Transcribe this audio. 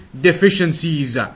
deficiencies